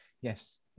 Yes